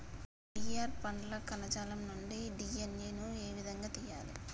Pear పండ్ల కణజాలం నుండి డి.ఎన్.ఎ ను ఏ విధంగా తియ్యాలి?